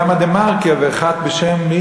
למה "דה-מרקר" ואחת בשם,